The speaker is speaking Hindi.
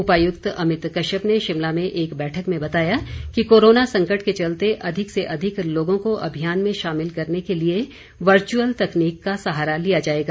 उपायुक्त अभित कश्यप ने शिमला में एक बैठक में बताया कि कोरोना संकट के चलते अधिक से अधिक लोगों को अभियान में शामिल करने के लिए वर्चुअल तकनीक का सहारा लिया जाएगा